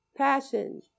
Passion